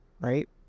Right